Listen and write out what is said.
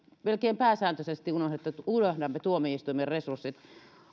melkein pääsääntöisesti unohdamme unohdamme tuomioistuimen resurssit